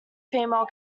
female